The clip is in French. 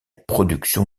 production